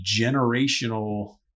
generational